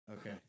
Okay